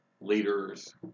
leaders